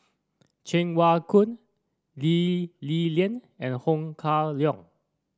Cheng Wai Keung Lee Li Lian and Ho Kah Leong